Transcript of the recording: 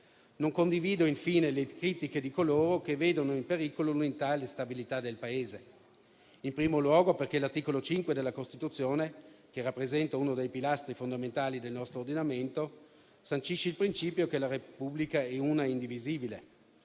Non condivido infine le critiche di coloro che vedono in pericolo l'unità e la stabilità del Paese, in primo luogo perché l'articolo 5 della Costituzione, che rappresenta uno dei pilastri fondamentali del nostro ordinamento, sancisce il principio che la Repubblica è una e indivisibile.